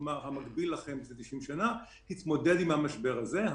כלומר המקביל לכם לפני 90 שנה התמודד עם המשבר הזה.